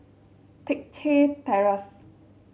Teck Chye Terrace